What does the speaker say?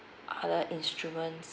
other instruments